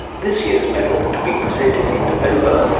this year's medal, to be presented in november,